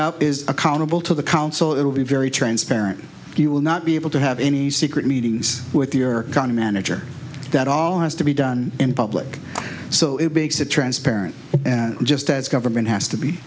up is accountable to the council it will be very transparent you will not be able to have any secret meetings with your kind of manager that all has to be done in public so it begs a transparent and just as government has to be